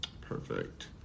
Perfect